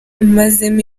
babimazemo